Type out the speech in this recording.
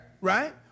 Right